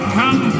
come